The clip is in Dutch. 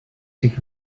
zich